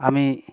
আমি